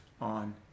on